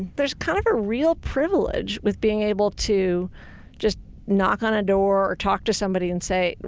there's kind of a real privilege with being able to just knock on a door or talk to somebody and say,